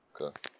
Okay